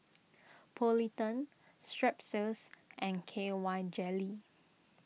Polident Strepsils and K Y Jelly